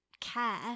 care